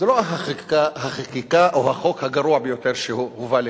זו לא החקיקה או החוק הגרוע ביותר שהובא לכאן.